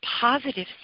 positive